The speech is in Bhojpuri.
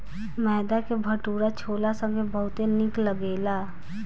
मैदा के भटूरा छोला संगे बहुते निक लगेला